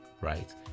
right